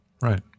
Right